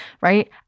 right